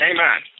Amen